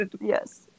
yes